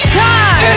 time